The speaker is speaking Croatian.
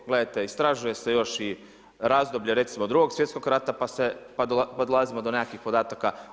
Gledajte, istražuje se još i razdoblje recimo 2. svjetskog rata pa dolazimo do nekakvih podataka.